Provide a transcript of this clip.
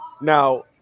Now